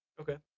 Okay